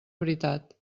veritat